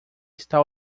está